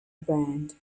brand